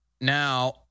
now